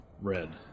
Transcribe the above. Red